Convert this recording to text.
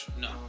No